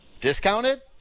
Discounted